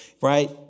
right